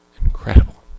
Incredible